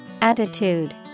Attitude